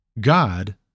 God